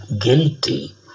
guilty